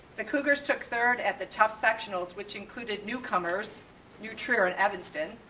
the cougars took third at the tough sectionals which included newcomers nutria and evanston.